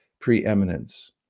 preeminence